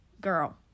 Girl